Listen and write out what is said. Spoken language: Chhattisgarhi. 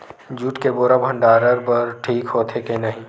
जूट के बोरा भंडारण बर ठीक होथे के नहीं?